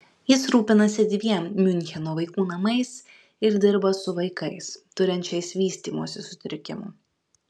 jis rūpinasi dviem miuncheno vaikų namais ir dirba su vaikais turinčiais vystymosi sutrikimų